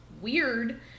weird